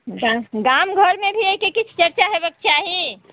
गाम घरमे भी एहिके किछु चर्चा हेबाक चाही